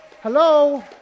Hello